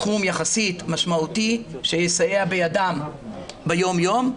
סכום יחסית משמעותי שיסייע בידם ביום-יום.